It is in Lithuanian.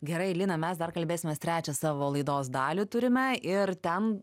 gerai lina mes dar kalbėsimės trečią savo laidos dalį turime ir ten